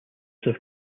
have